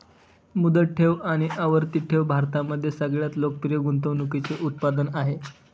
मुदत ठेव आणि आवर्ती ठेव भारतामध्ये सगळ्यात लोकप्रिय गुंतवणूकीचे उत्पादन आहे